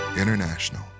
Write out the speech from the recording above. International